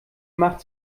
macht